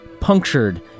Punctured